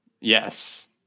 Yes